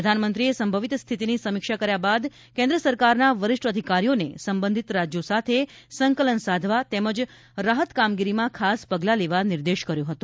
પ્રધાનમંત્રી એ સંભવિત સ્થિતિની સમીક્ષા કર્યા બાદ કેન્દ્ર સરકારના વરિષ્ઠ અધિકારીઓને સંબંધિત રાજ્યો સાથે સંકલન સાધવા તેમજ રાહત કામગીરીમાં ખાસ પગલા લેવા નિર્દેશ કર્યો હતો